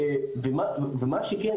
ומה שכן,